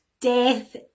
death